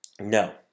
No